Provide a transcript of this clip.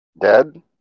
Dead